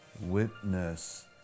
witness